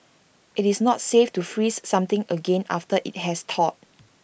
IT is not safe to freeze something again after IT has thawed